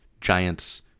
giants